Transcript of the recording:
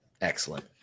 excellent